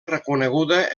reconeguda